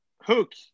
hook